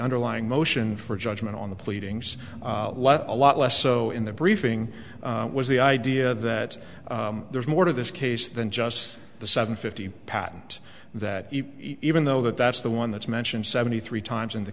underlying motion for judgment on the pleadings a lot less so in the briefing was the idea that there's more to this case than just the seven fifty patent that even though that's the one that's mentioned seventy three times in the